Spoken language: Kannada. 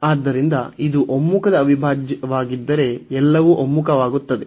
ಆದ್ದರಿಂದ ಇದು ಒಮ್ಮುಖದ ಅವಿಭಾಜ್ಯವಾಗಿದ್ದರೆ ಎಲ್ಲವೂ ಒಮ್ಮುಖವಾಗುತ್ತವೆ